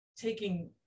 taking